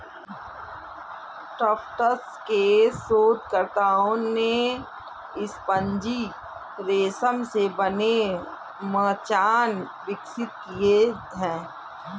Tufts के शोधकर्ताओं ने स्पंजी रेशम से बने मचान विकसित किए हैं